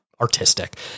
artistic